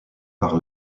par